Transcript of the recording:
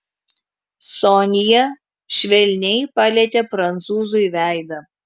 sonia švelniai palietė prancūzui veidą